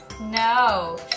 no